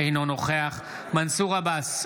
אינו נוכח מנסור עבאס,